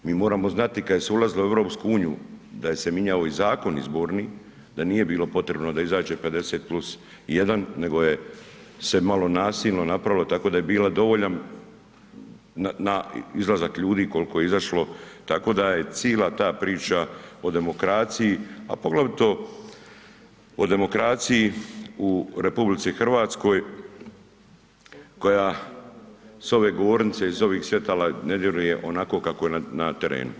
Mi moramo znati kad se je ulazilo u EU da se je mijenjao i Zakon izborni, da nije bilo potrebno da izađe 50+1, nego je se malo nasilno se napravilo tako da je bilo dovoljno na izlazak ljudi koliko je izašlo tako da je cijela ta priča o demokraciji a poglavito o demokraciji u RH koja s ove govornice, iz ovih svjetala ne djeluje onako kako je na terenu.